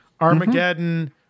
Armageddon